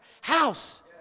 house